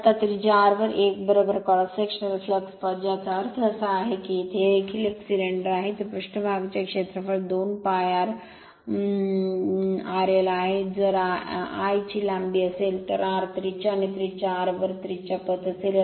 आता त्रिज्या r वर a क्रॉस सेक्शनल फ्लक्स पथ याचा अर्थ असा आहे की ते देखील एक सिलेंडर आहे ते पृष्ठभागाचे क्षेत्रफळ 2π rl आहे जर l ची लांबी असेल तर r त्रिज्या आणि त्रिज्या r वर त्रिज्या पथ असेल